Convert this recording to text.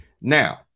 Now